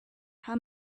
how